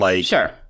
Sure